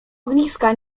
ogniska